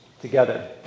together